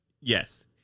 Yes